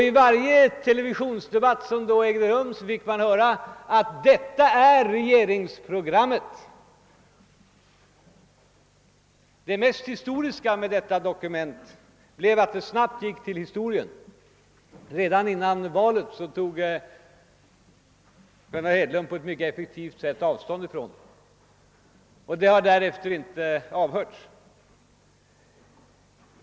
I varje TV-debatt fick man då höra att detta var regeringsprogrammet. Det mest historiska med det dokumentet blev att det snabbt gick till historien. Redan före valet tog herr Hedlund på ett mycket effektivt sätt avstånd från det, och det har därefter inte avhörts.